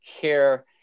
care